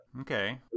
Okay